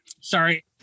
sorry